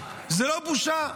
זאת לא בושה.